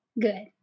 Good